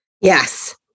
Yes